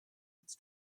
its